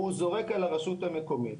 הוא זורק על הרשות המקומית.